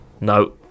No